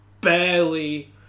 barely